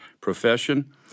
profession